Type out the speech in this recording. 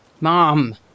Mom